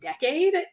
decade